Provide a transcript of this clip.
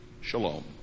Shalom